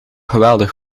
geweldig